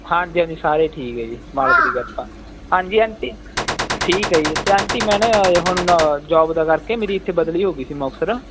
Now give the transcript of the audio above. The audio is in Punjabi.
ਹਾਂਜੀ ਹਾਂਜੀ ਸਾਰੇ ਠੀਕ ਹੈ ਜੀ ਮਾਲਕ ਦੀ ਕਿਰਪਾ ਹਾਂਜੀ ਆਂਟੀ ਠੀਕ ਹੈ ਜੀ ਅਤੇ ਆਂਟੀ ਮੈਨੇ ਹੁਣ ਜੋਬ ਦੇ ਕਰਕੇ ਮੇਰੀ ਇੱਥੇ ਬਦਲੀ ਹੋ ਗਈ ਸੀ ਮੁਕਤਸਰ